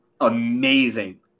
amazing